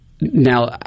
Now